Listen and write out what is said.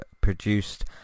produced